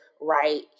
right